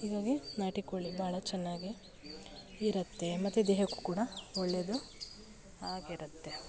ಹೀಗಾಗಿ ನಾಟಿ ಕೋಳಿ ಭಾಳ ಚೆನ್ನಾಗಿ ಇರುತ್ತೆ ಮತ್ತೆ ದೇಹಕ್ಕೂ ಕೂಡ ಒಳ್ಳೇದು ಆಗಿರುತ್ತೆ